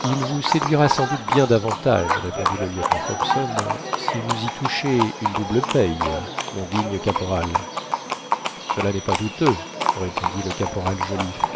il vous séduira sans doute bien davantage répondit le lieutenant hobson si vous y touchez une double paye mon digne caporal cela n'est pas douteux répondit le caporal joliffe